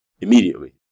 Immediately